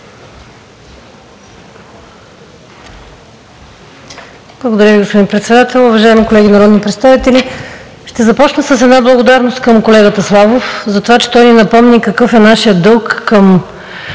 Благодаря Ви, господин Председател. Уважаеми колеги народни представители! Ще започна с благодарност към колегата Славов за това, че той ни напомни какъв е нашият дълг към